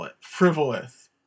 frivolous